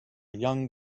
young